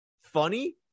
funny